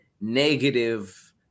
negative